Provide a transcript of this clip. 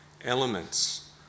elements